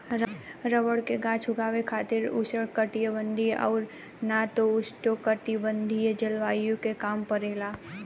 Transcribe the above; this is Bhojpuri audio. रबर के गाछ उगावे खातिर उष्णकटिबंधीय और ना त उपोष्णकटिबंधीय जलवायु के काम परेला